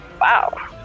Wow